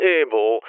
able